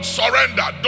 surrender